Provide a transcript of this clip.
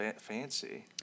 fancy